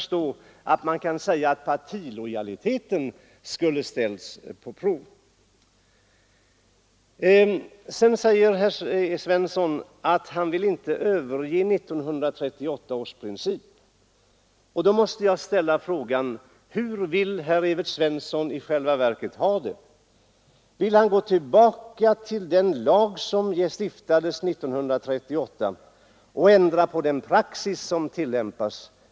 Sedan säger herr Svensson att han inte vill överge 1938 års princip, och då måste jag ställa frågan: Hur vill herr Evert Svensson i själva verket ha det? Vill han gå tillbaka till den lag som stiftades 1938 och ändra på den praxis som tillämpas?